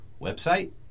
website